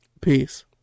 peace